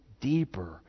deeper